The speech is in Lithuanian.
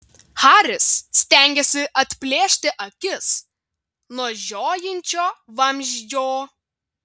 haris stengėsi atplėšti akis nuo žiojinčio vamzdžio